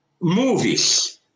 movies